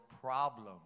problem